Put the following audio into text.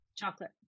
Chocolate